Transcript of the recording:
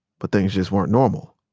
but things just weren't normal.